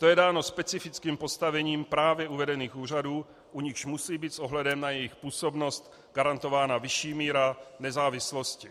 To je dáno specifickým postavením právě uvedených úřadů, u nichž musí být s ohledem na jejich působnost garantována vyšší míra nezávislosti.